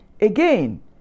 again